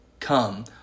Come